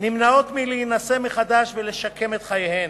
נמנעות מלהינשא מחדש ולשקם את חייהן.